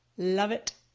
love it.